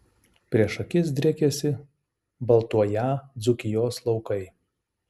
prieš akis driekėsi baltuoją dzūkijos laukai